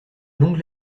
longue